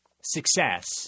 success